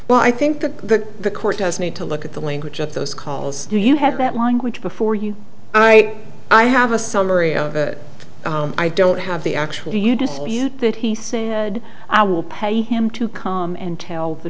well i think that the court does need to look at the language of those calls do you have that language before you and i i have a summary of it i don't have the actual do you dispute that he said i will pay him to come and tell the